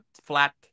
flat